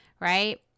right